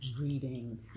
Reading